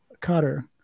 cutter